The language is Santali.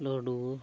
ᱞᱩᱰᱩ